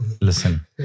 Listen